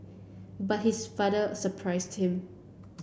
but his father surprised him